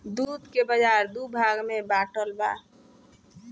दूध के बाजार दू भाग में बाटल बा